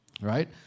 Right